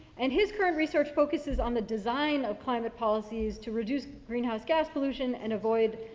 and his current research focuses on the design of climate policies to reduce greenhouse gas pollution and avoid,